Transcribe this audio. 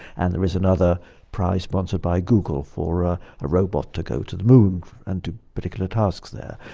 and there was another prize sponsored by google for a robot to go to the moon and do particular tasks there.